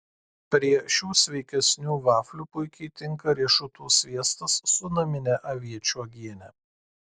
prieš šių sveikesnių vaflių puikiai tinka riešutų sviestas su namine aviečių uogiene